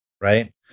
right